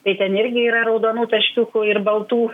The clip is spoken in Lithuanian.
tai ten irgi yra raudonų taškiukų ir baltų